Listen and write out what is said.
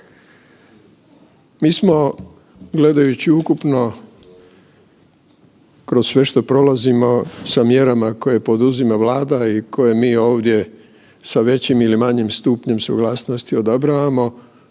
Mi smo gledajući ukupno kroz sve što prolazimo sa mjerama koje poduzima Vlada i koje mi ovdje sa većim ili manjim stupnjem suglasnosti odobravamo,